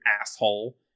asshole